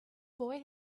boy